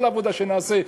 כל העבודה שנעשה,